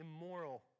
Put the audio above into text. immoral